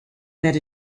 that